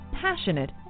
passionate